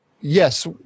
Yes